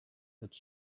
its